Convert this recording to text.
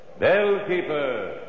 Bellkeeper